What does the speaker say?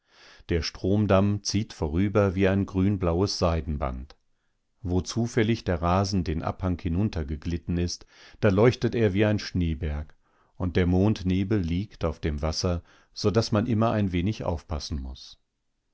der stromdamm zieht vorüber wie ein grünblaues seidenband wo zufällig der rasen den abhang hinuntergeglitten ist da leuchtet er wie ein schneeberg und der mondnebel liegt auf dem wasser so daß man immer ein wenig aufpassen muß